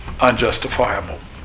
unjustifiable